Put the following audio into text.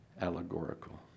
allegorical